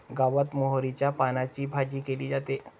गावात मोहरीच्या पानांची भाजी केली जाते